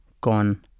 gone